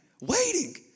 Waiting